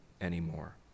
anymore